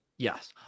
Yes